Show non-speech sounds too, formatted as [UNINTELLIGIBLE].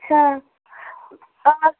अच्छा [UNINTELLIGIBLE]